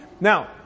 Now